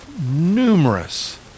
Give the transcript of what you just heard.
Numerous